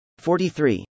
43